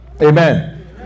amen